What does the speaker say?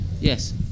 Yes